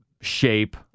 shape